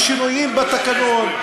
ששינויים בתקנון,